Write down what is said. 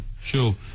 sure